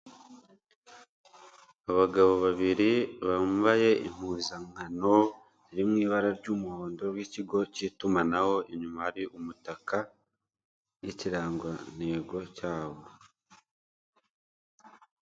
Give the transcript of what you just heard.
Abagabo babiri bambaye impuzankano iri mu ibara ry'umuhondo w'ikigo cy'itumanaho inyuma hari umutaka, n'ikirangantego cyawo.